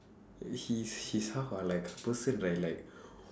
he's he's how ah like a person right like